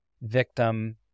victim